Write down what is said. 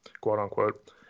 quote-unquote